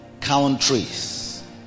countries